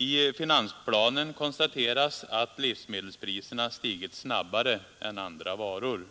I finansplanen konstateras att livsmedelspriserna stigit snabbare än andra varor.